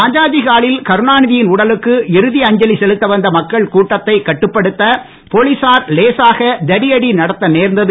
ராஜாஜி ஹாலில் கருணாநிதியின் டடலுக்கு இறுதி அஞ்சலி செலுத்த வந்த மக்கள் கூட்டத்தை கட்டுப்படுத்த போலீசார் லேசாக தடியடி நடத்த நேர்ந்தது